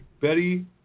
Betty